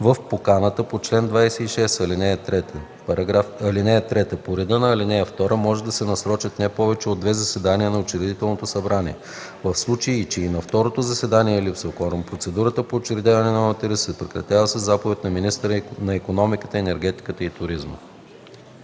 в поканата по чл. 26, ал. 3. (3) По реда на ал. 2 може да се насрочат не повече от две заседания на учредителното събрание. В случай че и на второто заседание липсва кворум, процедурата за учредяване на ОУТР се прекратява със заповед на министъра на икономиката, енергетиката и туризма.”